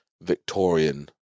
Victorian